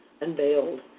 unveiled